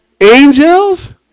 angels